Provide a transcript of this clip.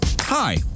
Hi